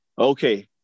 Okay